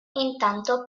intanto